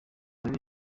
ijuru